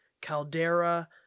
Caldera